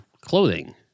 clothing